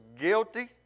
guilty